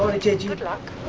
a jihad like